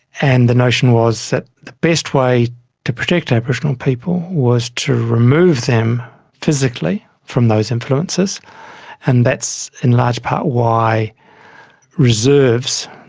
and the notion was that the best way to protect aboriginal people was to remove them physically from those influences and that's in large part why reserves,